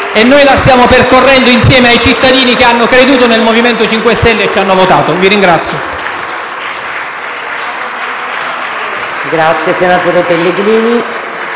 e noi la stiamo percorrendo insieme ai cittadini che hanno creduto nel MoVimento 5 Stelle e ci hanno votato. *(Applausi